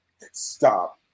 Stop